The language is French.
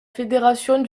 fédération